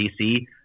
DC